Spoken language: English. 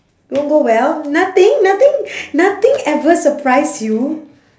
won't go well nothing nothing nothing ever surprise you